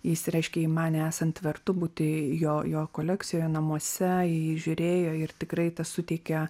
jis reiškia jį manė esant vertu būti jo jo kolekcijoje namuose į jį žiūrėjo ir tikrai tas suteikia